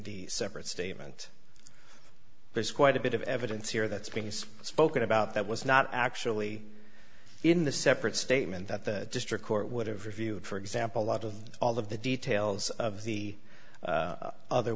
the separate statement based quite a bit of evidence here that's been spoken about that was not actually in the separate statement that the district court would have reviewed for example a lot of all of the details of the other